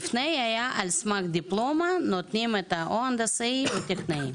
ולפני העלייה על סמך דיפלומה נותנים תעודת הנדסאים או טכנאים.